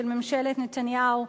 של ממשלת נתניהו,